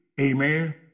Amen